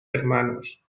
hermanos